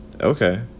Okay